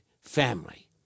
family